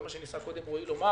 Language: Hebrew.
זה מה שניסה רועי לומר.